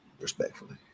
Respectfully